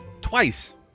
twice